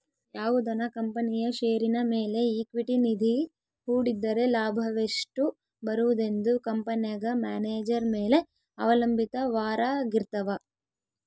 ಯಾವುದನ ಕಂಪನಿಯ ಷೇರಿನ ಮೇಲೆ ಈಕ್ವಿಟಿ ನಿಧಿ ಹೂಡಿದ್ದರೆ ಲಾಭವೆಷ್ಟು ಬರುವುದೆಂದು ಕಂಪೆನೆಗ ಮ್ಯಾನೇಜರ್ ಮೇಲೆ ಅವಲಂಭಿತವಾರಗಿರ್ತವ